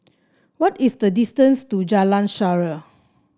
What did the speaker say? what is the distance to Jalan Shaer